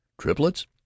Triplets